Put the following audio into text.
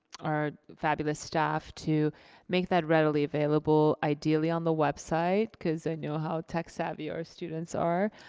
our fabulous staff to make that readily available, ideally on the website, cause i know how tech savvy our students are.